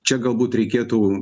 čia galbūt reikėtų